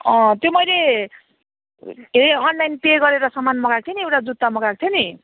अँ त्यो मैले के अरे अनलाइन पे गरेर सामान मँगाएको थिएँ नि एउटा जुत्ता मँगाएको थिएँ नि